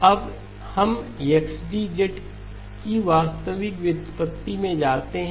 अब हम XD की वास्तविक व्युत्पत्ति में जाते हैं